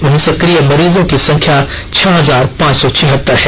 वहीं सकिय मरीजों की संख्या छह हजार पांच सौ छिहत्तर हैं